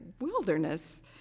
wilderness